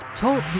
Talk